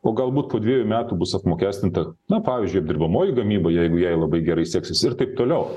o galbūt po dvejų metų bus apmokestinta na pavyzdžiui apdirbamoji gamyba jeigu jai labai gerai seksis ir taip toliau